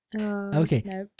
Okay